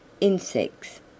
insects